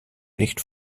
nicht